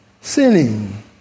sinning